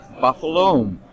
Buffalo